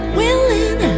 willing